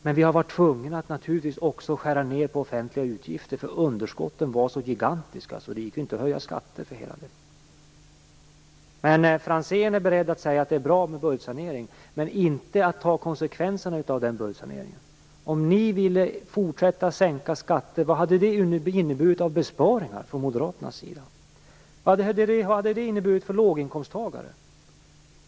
Men vi har naturligtvis också varit tvungna att skära ned på offentliga utgifter. Underskotten var nämligen så gigantiska att det inte gick att bara höja skatter. Franzén är beredd att säga att det är bra med budgetsanering, men han är inte beredd att ta konsekvenserna av den budgetsaneringen. Om ni hade velat fortsätta att sänka skatter, vad hade det då inneburit av besparingar från Moderaternas sida? Vad hade det inneburit för låginkomsttagare?